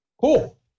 Cool